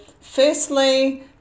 firstly